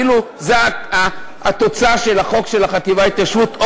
כאילו שזאת התוצאה של החוק לחטיבה להתיישבות,